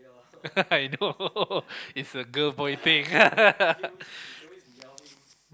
I know it's a girl boy thing